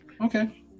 okay